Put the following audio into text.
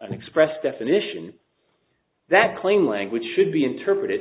an expressed definition that claim language should be interpreted